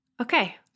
Okay